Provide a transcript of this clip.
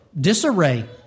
disarray